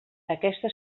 aquesta